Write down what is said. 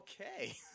Okay